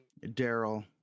daryl